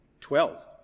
Twelve